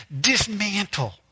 dismantle